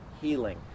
healing